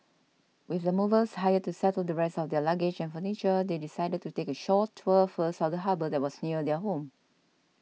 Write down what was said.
with the movers hired to settle the rest of their luggage and furniture they decided to take a short tour first of the harbour that was near their home